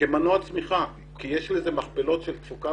כמנוע צמיחה כי יש לזה מכפלות של תפוקה